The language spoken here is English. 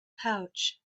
pouch